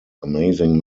amazing